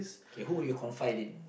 okay who would you confide in